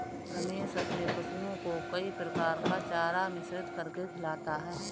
रमेश अपने पशुओं को कई प्रकार का चारा मिश्रित करके खिलाता है